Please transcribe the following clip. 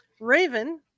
Raven